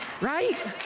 right